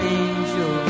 angel